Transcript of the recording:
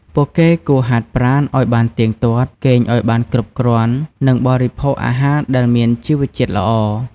ពួកគេគួរហាត់ប្រាណឲ្យបានទៀងទាត់ គេងឲ្យបានគ្រប់គ្រាន់ និងបរិភោគអាហារដែលមានជីវជាតិល្អ។